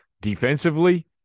defensively